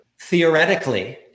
Theoretically